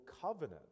covenant